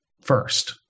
first